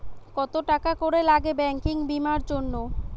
কত টাকা করে লাগে ব্যাঙ্কিং বিমার জন্য?